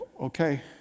Okay